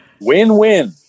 Win-win